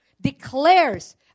declares